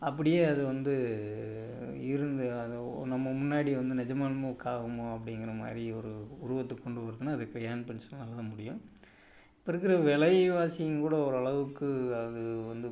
அப்படியே அது வந்து இருந்து அதை நம்ம முன்னாடி வந்து நிஜமாலுமோ ஒரு காகமோ அப்டிங்கிறமாரி ஒரு உருவத்த கொண்டு வருதுன்னா அது க்ரையான் பென்சினால் தான் முடியும் இப்போ இருக்கிற விலைவாசிங்ககூட ஓரளவுக்கு அது வந்து